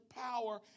power